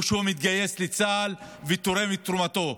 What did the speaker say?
או שהוא מתגייס לצה"ל ותורם את תרומתו,